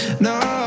No